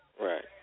Right